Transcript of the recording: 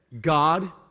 God